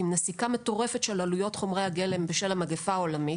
עם נסיקה מטורפת של עלויות חומרי הגלם בשל המגפה העולמית,